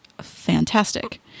fantastic